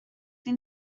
این